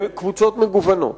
לקבוצות מגוונות,